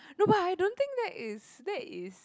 no but I don't think that is that is